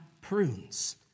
prunes